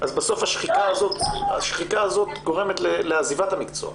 בתוך השחיקה הזאת גורמת לעזיבת המקצוע.